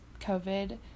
COVID